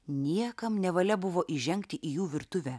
niekam nevalia buvo įžengti į jų virtuvę